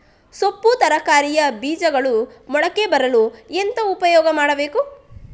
ಸೊಪ್ಪು ತರಕಾರಿಯ ಬೀಜಗಳು ಮೊಳಕೆ ಬರಲು ಎಂತ ಉಪಾಯ ಮಾಡಬೇಕು?